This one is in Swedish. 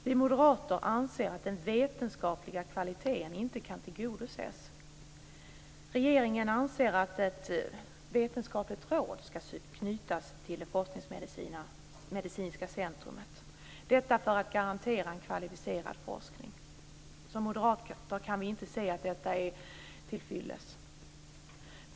Vi moderater anser att den vetenskapliga kvaliteten inte kan tillgodoses. Regeringen anser att ett vetenskapligt råd ska knytas till Försäkringsmedicinska centrum, detta för att garantera en kvalificerad forskning. Från moderaterna kan vi inte se att detta är tillfyllest.